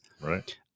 right